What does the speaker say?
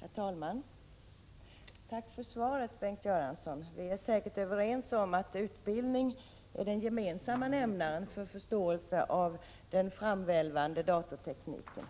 Herr talman! Tack för svaret, Bengt Göransson. Vi är säkert överens om att utbildning är nämnaren för förståelse av den framvällande datortekniken.